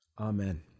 Amen